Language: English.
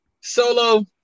Solo